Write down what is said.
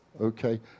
Okay